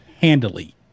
handily